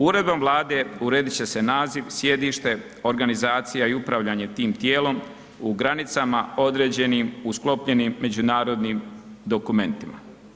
Uredbom Vlade uredit će se naziv, sjedište, organizacija i upravljanje tim tijelom u granicama određenim u sklopljenim međunarodnim dokumentima.